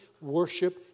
worship